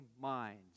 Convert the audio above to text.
minds